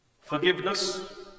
Forgiveness